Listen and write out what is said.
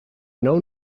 known